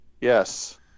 yes